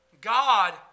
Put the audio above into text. God